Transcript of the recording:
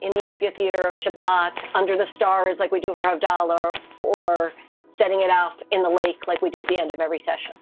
in the ampitheater of shabbat under the stars like we do for abdala or or setting it off in the lake like we do at the end of every session